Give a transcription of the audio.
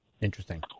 Interesting